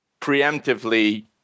preemptively